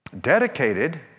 dedicated